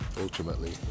ultimately